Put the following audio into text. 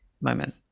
moment